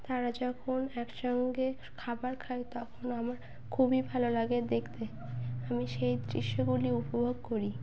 তারা যখন একসঙ্গে খাবার খায় তখন আমার খুবই ভালো লাগে দেখতে আমি সেই দৃশ্যগুলি উপভোগ করি